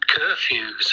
curfews